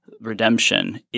redemption